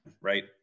right